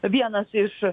vienas iš